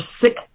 sick